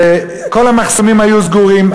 וכל המחסומים היו סגורים.